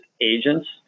agents